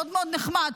מאוד מאוד נחמד,